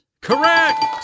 correct